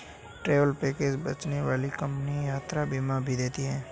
travel package बेचने वाली कई कंपनियां यात्रा बीमा भी देती हैं